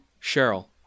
Cheryl